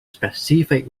specific